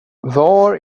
var